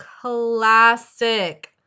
classic